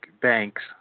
banks